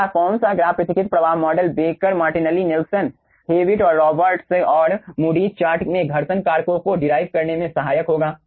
तीसरा कौन सा ग्राफ पृथकृत प्रवाह model Baker Martinelli Nelson Hewitt और रॉबर्ट्स और मूडीज़ चार्ट में घर्षण कारकों को डिराईव करने में सहायक होगा